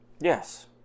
Yes